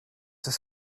his